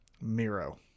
Miro